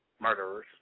murderers